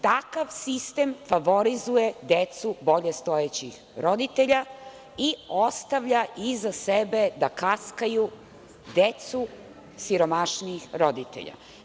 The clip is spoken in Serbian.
Takav sistem favorizuje decu, bolje stojećih roditelja i ostavlja iza sebe da kaskaju decu siromašnijih roditelja.